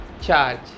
charge